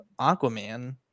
Aquaman